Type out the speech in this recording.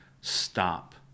stop